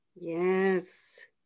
Yes